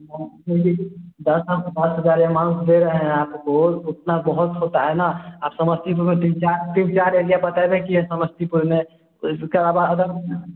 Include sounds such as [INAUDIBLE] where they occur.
ma'am जी बिल्कुल दस हज़ा दस हज़ार अमाउंट दे रहे हैं आपको इतना बहुत होता है ना आप समस्तीपुर में तीन चार तीन चार एरिया बतइबे कि यह समस्तीपुर में वह जो केह बा [UNINTELLIGIBLE]